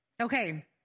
Okay